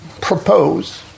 propose